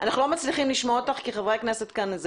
אנחנו לא מצליחים לשמוע אותך כי חברי הכנסת מדברים כאן.